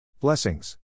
Blessings